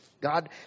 God